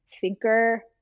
thinker